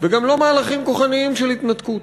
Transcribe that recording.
וגם לא מהלכים כוחניים של התנתקות.